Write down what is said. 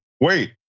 wait